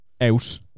out